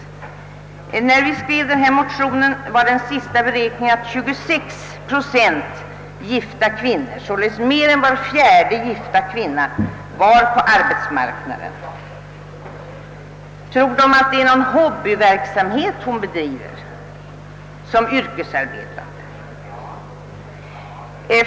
Enligt beräkningar som förelåg när vi skrev vår motion var 26 procent av de gifta kvinnorna — således mer än var fjärde — ute på arbetsmarknaden. Tror man att det är någon hobbyverksamhet de bedriver såsom yrkesarbetande?